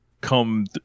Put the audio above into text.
come